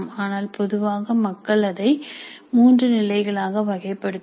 ஆனால் பொதுவாக மக்கள் அதை மூன்று நிலைகளாக வகைப்படுத்துவர்